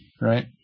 right